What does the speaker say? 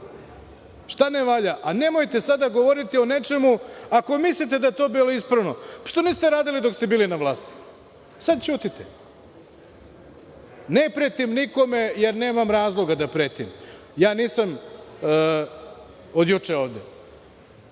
šta ne valja, a nemojte sada govoriti o nečemu. Ako mislite da je to bilo ispravno, pa zašto to niste radili dok ste bili na vlasti? Sada ćutite. Ne pretim nikome jer nemam razloga da pretim. Nisam od juče ovde.